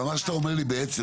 אבל מה שאתה אומר לי בעצם,